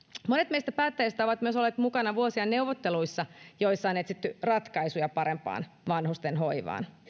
meistä päättäjistä ovat myös olleet vuosia mukana neuvotteluissa joissa on etsitty ratkaisuja parempaan vanhustenhoivaan